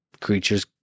creatures